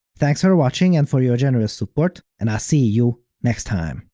thanks for watching and for your generous support, and i'll see you next time!